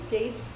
Days